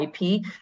IP